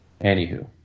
anywho